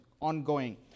ongoing